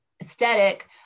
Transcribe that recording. aesthetic